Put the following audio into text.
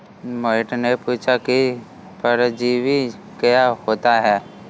मोहित ने पूछा कि परजीवी क्या होता है?